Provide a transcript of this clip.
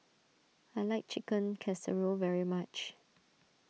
I like Chicken Casserole very much